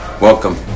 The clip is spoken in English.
Welcome